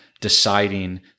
deciding